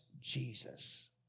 Jesus